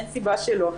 אין סיבה שלא.